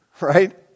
Right